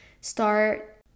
start